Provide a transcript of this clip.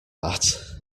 that